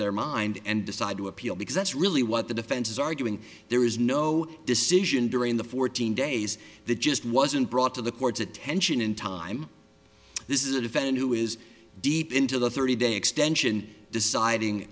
their mind and decide to appeal because that's really what the defense is arguing there is no decision during the fourteen days that just wasn't brought to the court's attention in time this is a defendant who is deep into the thirty day extension deciding